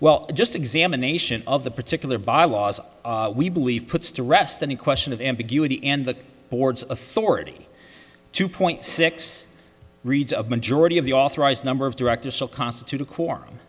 well just examination of the particular bylaws we believe puts to rest any question of ambiguity and the board's authority two point six reads a majority of the authorised number of directors so constitute a quorum